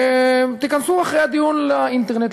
ותיכנסו אחרי הדיון לאינטרנט,